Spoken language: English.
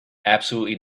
absolutely